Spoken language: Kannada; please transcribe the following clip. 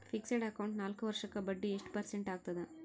ಫಿಕ್ಸೆಡ್ ಅಕೌಂಟ್ ನಾಲ್ಕು ವರ್ಷಕ್ಕ ಬಡ್ಡಿ ಎಷ್ಟು ಪರ್ಸೆಂಟ್ ಆಗ್ತದ?